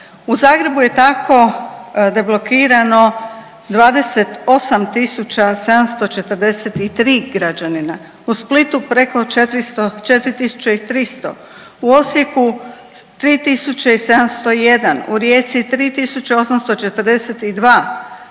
U Zagrebu je tako deblokirano 28.743 građanina, u Splitu preko 4.300, u Osijeku 3.701, u Rijeci 3.842,